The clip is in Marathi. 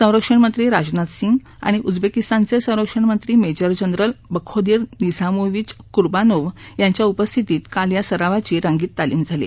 संरक्षणमंत्री राजनाथ सिंह आणि उझवेकिस्तानचे संरक्षणमंत्री major general Bakhodir Nizamovich Kurbanov यांच्या उपस्थितीत काल या सरावाची रंगीत तालीम झाली